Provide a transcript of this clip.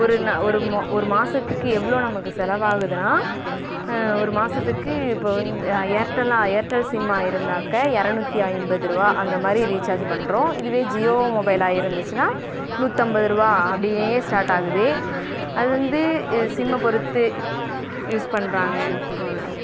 ஒரு நா ஒரு ஒரு மாதத்துக்கு எவ்வளோ நமக்கு செலவாகுதுன்னா ஒரு மாதத்துக்கு இப்போ வந்து ஏர்டெல்லாம் ஏர்டெல் சிம்மாக இருந்தாக்க இரநூத்தி ஐம்பது ரூவா அந்த மாதிரி ரீசார்ஜ் பண்ணுறோம் இதுவே ஜியோ மொபைலாக இருந்துச்சுன்னா நூற்றம்பது ரூவா அப்படியே ஸ்டார்ட் ஆகுது அது வந்து இது சிம்மை பொறுத்து யூஸ் பண்ணுறாங்க அவ்வளோ தான்